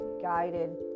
guided